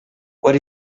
what